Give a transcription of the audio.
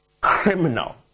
criminal